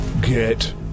Get